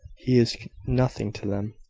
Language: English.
he is nothing to them.